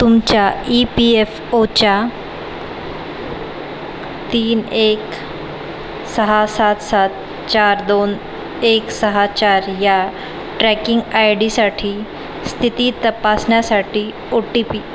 तुमच्या E P F ओच्या तीन एक सहा सात सात चार दोन एक सहा चार या ट्रॅकिंग आय डीसाठी स्थिती तपासण्यासाठी ओ टी पी